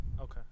Okay